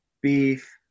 beef